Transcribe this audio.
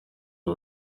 ubu